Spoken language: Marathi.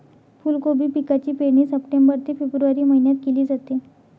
फुलकोबी पिकाची पेरणी सप्टेंबर ते फेब्रुवारी महिन्यात केली जाते